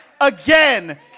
again